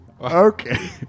Okay